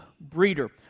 breeder